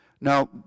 Now